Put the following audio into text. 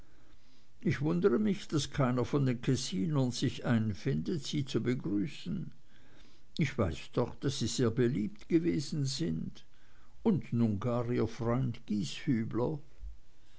ich wundere mich daß keiner von den kessinern sich einfindet sie zu begrüßen ich weiß doch daß sie sehr beliebt gewesen sind und nun gar ihr freund